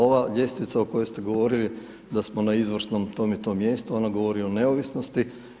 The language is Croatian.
Ova ljestvica o kojoj ste govorili da smo na izvrsnom to m i tom mjestu, ona govori o neovisnosti.